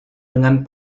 dengan